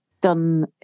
done